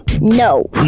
no